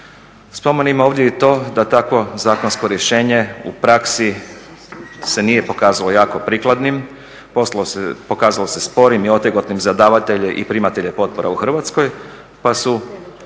Spomenimo ovdje i to takvo zakonsko rješenje u praksi se nije pokazalo jako prikladnim, pokazalo se sporim i otegotnim za davatelje i primatelje potpora u Hrvatskoj pa su